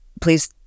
please